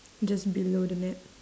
just below the net